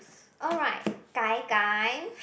alright gai-gai